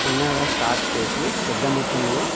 చిన్నగా స్టార్ట్ చేసి పెద్ద మొత్తంలో